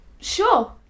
Sure